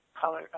color